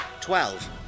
Twelve